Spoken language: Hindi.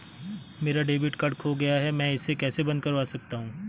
मेरा डेबिट कार्ड खो गया है मैं इसे कैसे बंद करवा सकता हूँ?